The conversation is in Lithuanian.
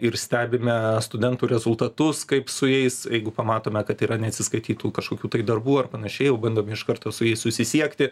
ir stebime studentų rezultatus kaip su jais jeigu pamatome kad yra neatsiskaitytų kažkokių darbų ar panašiai jau bandome iš karto su jais susisiekti